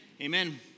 Amen